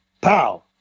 pow